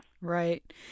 Right